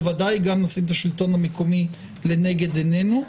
בוודאי גם נשים את השלטון המקומי לנגד עיננו.